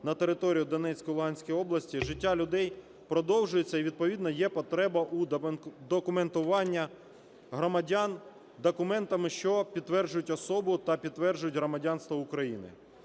на території Донецької, Луганської області, життя людей продовжується і, відповідно, є потреба у документуванні громадян документами, що підтверджують особу та підтверджують громадянство України.